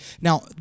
Now